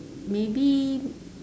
maybe